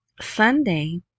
Sunday